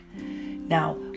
Now